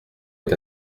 est